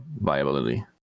viability